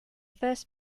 first